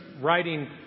writing